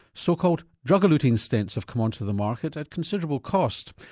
so called drug-eluting stents have come onto the market at considerable cost.